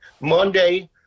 Monday